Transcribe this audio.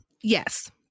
Yes